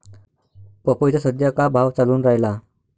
पपईचा सद्या का भाव चालून रायला?